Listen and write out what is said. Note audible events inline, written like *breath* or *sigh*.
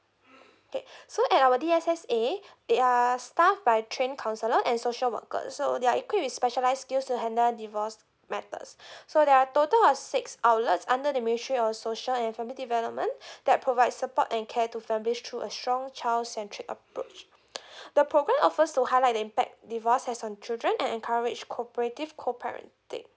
okay *breath* so at our D_S_S_A their staff by trained counsellor and social worker so their equipped with specialised skills to handle divorced matters *breath* so there are total of six outlets under the ministry of social and family development *breath* that provide support and care to families through a strong child centric approach *breath* the programme offers to highlight the impact divorce has on children and encourage cooperative co parenting